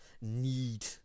need